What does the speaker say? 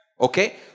Okay